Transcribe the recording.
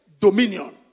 dominion